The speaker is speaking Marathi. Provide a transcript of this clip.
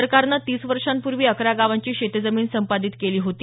सरकारनं तीस वर्षांपूर्वी अकरा गावांची शेतजमीन संपादीत केली होती